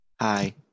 Hi